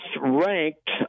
ranked